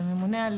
בממונה על